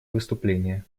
выступления